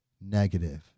negative